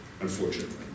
unfortunately